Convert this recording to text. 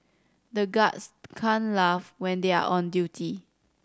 the guards can't laugh when they are on duty